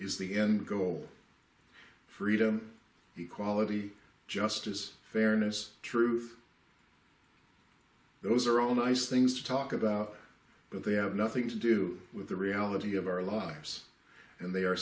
is the end goal freedom equality justice fairness truth those are all nice things to talk about but they have nothing to do with the reality of our lives and they are